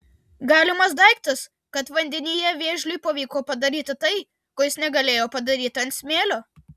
galimas daiktas kad vandenyje vėžliui pavyko padaryti tai ko jis negalėjo padaryti ant smėlio